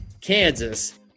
Kansas